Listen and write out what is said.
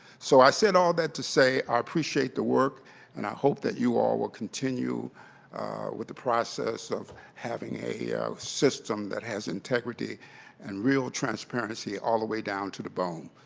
so i said all that to say i appreciate the work and i hope that you all will continue with the process of having a system that has integrity and real transparency all the way down to the bone.